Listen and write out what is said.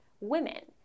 women